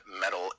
metal